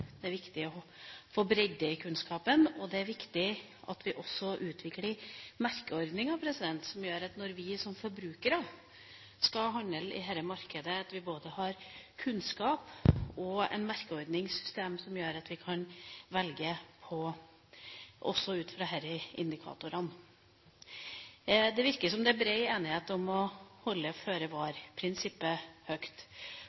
er det viktig å få kunnskap, det er viktig å få bredde i kunnskapen, og det er viktig at vi også utvikler merkeordninger som gjør at når vi som forbrukere skal handle i dette markedet, både har kunnskap og et merkeordningssystem som gjør at vi kan velge også ut fra disse indikatorene. Det virker som det er bred enighet om å holde